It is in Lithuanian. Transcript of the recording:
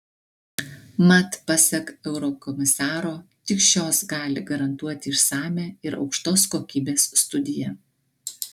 mat pasak eurokomisaro tik šios gali garantuoti išsamią ir aukštos kokybės studiją